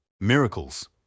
Miracles